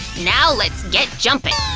now let's get jumping!